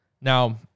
Now